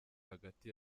hagati